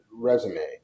resume